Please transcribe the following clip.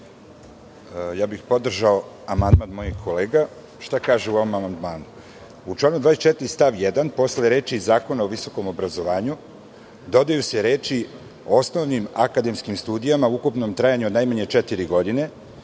bih amandman mojih kolega. Šta se kaže u ovom amandmanu? U članu 24. stav 1. posle reči: "Zakona o visokom obrazovanju" dodaju se reči: "osnovnim akademskim studijama u ukupnom trajanju od najmanje četiri godine"